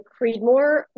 Creedmoor